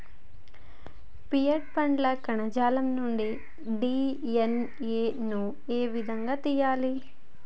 Pear పండ్ల కణజాలం నుండి డి.ఎన్.ఎ ను ఏ విధంగా తియ్యాలి?